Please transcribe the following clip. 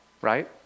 right